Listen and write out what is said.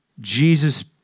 Jesus